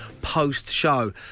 post-show